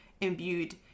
imbued